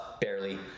barely